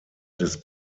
des